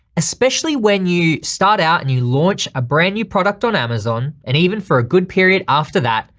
especially when you start out and you launch a brand new product on amazon and even for a good period after that,